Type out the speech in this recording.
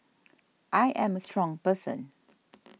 I am a strong person